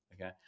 okay